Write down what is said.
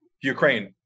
Ukraine